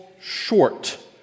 short